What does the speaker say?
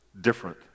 different